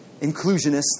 Inclusionists